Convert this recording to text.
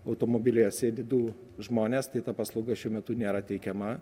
automobilyje sėdi du žmonės tai ta paslauga šiuo metu nėra teikiama